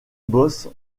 bosse